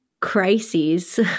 Crises